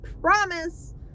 promise